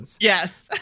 Yes